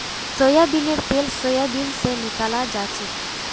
सोयाबीनेर तेल सोयाबीन स निकलाल जाछेक